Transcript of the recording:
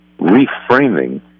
reframing